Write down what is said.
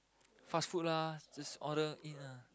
fast food lah just order in ah